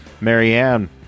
Marianne